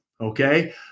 okay